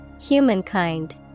Humankind